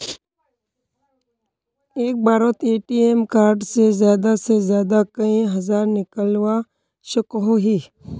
एक बारोत ATM card से ज्यादा से ज्यादा कई हजार निकलवा सकोहो ही?